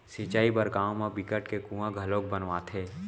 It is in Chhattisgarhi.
सिंचई बर गाँव म बिकट के कुँआ घलोक खनवाथे